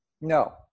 No